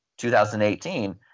2018